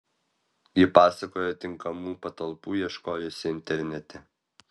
ji pasakojo tinkamų patalpų ieškojusi internete